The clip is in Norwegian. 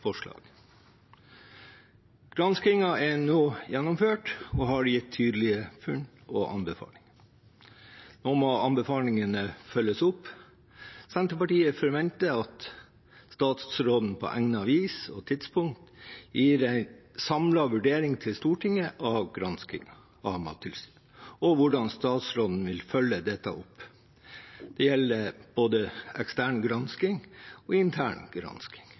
er nå gjennomført og har kommet med tydelige funn og anbefalinger. Nå må anbefalingene følges opp. Senterpartiet forventer at statsråden på egnet vis og tidspunkt gir en samlet vurdering til Stortinget av granskingen og av hvordan statsråden vil følge dette opp. Det gjelder både ekstern og intern gransking.